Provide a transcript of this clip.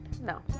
No